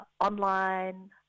online